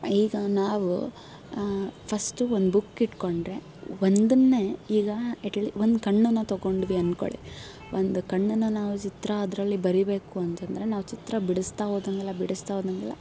ಈಗ ನಾವು ಫಸ್ಟ್ ಒಂದು ಬುಕ್ ಇಟ್ಕೊಂಡರೆ ಒಂದನ್ನೇ ಈಗ ಎಟ್ಳಿ ಒಂದು ಕಣ್ಣನ್ನ ತಗೊಂಡ್ವಿ ಅಂದ್ಕೊಳ್ಳಿ ಒಂದು ಕಣ್ಣನ್ನು ನಾವು ಚಿತ್ರ ಅದರಲ್ಲಿ ಬರಿಬೇಕು ಅಂತ ಅಂದ್ರೆ ನಾವು ಚಿತ್ರ ಬಿಡಸ್ತಾ ಹೋದಂಗೆಲ್ಲ ಬಿಡಿಸ್ತಾ ಹೋದಂಗೆಲ್ಲ